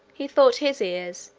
he thought his ears,